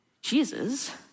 Jesus